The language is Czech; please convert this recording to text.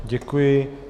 Děkuji.